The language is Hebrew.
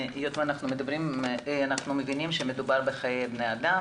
היות ואנחנו מבינים שמדובר בחיי אדם.